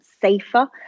safer